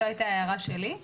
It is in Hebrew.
זו הייתה הערה שלי,